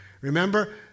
Remember